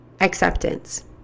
acceptance